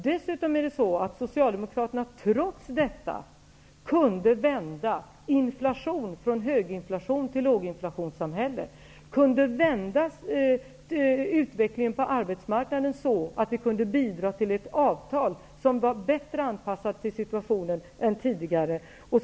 Dessutom är det så att Socialdemokraterna, trots detta, kunde vända inflationen, från ett höginflationssamhälle till ett låginflationssamhälle. Vi kunde vända utvecklingen på arbetsmarknaden så, att den bidrog till ett avtal som var bättre anpassat till situationen än tidigare.